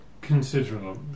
considerable